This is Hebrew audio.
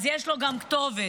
יש לו גם כתובת.